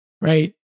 Right